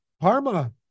Parma